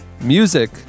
Music